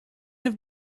have